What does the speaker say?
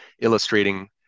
illustrating